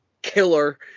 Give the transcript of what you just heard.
killer